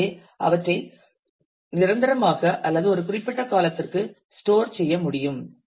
எனவே அவற்றை நிரந்தரமாக அல்லது ஒரு குறிப்பிட்ட காலத்திற்கு ஸ்டோர் செய்ய முடியும்